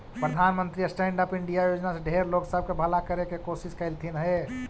प्रधानमंत्री stand up India योजना से ढेर लोग सब के भला करे के कोशिश कयलथिन हे